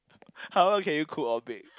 how well can you cook or bake